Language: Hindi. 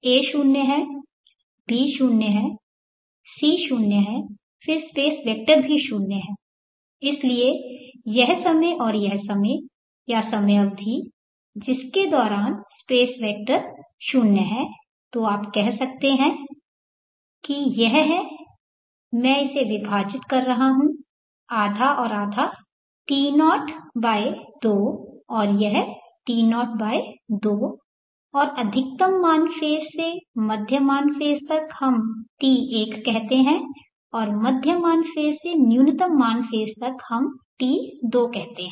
a 0 है b 0 है c 0 है फिर स्पेस वेक्टर भी 0 है इसलिए यह समय और यह समय या समय अवधि जिसके दौरान स्पेस वेक्टर 0 है तो आप कह सकते हैं कि यह है मैं इसे विभाजित कर रहा हूं आधा और आधा T02 और यह T02 है और अधिकतम मान फेज़ से मध्य मान फेज़ तक हम T1 कहते हैं और मध्य मान फेज़ से न्यूनतम मान फेज़ तक हम इसे T2 कहते हैं